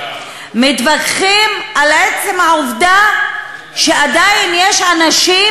מתווכחים על עצם העובדה שעדיין יש אנשים,